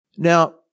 Now